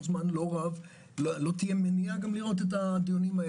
זמן לא רב לא תהיה מניעה לראות את הדברים.